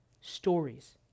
stories